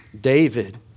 David